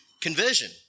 conversion